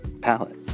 palette